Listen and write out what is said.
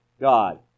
God